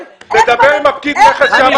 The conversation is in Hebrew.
דבר שם עם פקיד המכס.